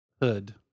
hood